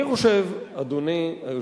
אני חושב, אדוני היושב-ראש,